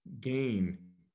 gain